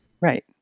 right